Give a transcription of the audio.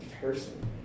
person